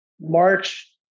March